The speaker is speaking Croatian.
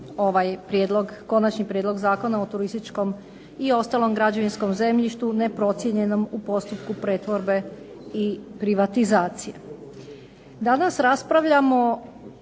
Konačni prijedlog Zakona o turističkom i ostalom građevinskom zemljištu neprocijenjenom u postupku pretvorbe i privatizacije. Danas raspravljamo